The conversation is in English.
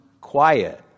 quiet